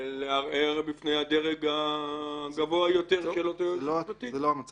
לערער בפני הדרג הגבוה יותר של אותו יועץ משפטי.